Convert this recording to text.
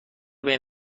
بین